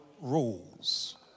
rules